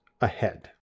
ahead